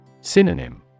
Synonym